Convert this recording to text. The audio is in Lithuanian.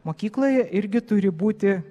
mokykloje irgi turi būti